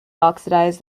oxidized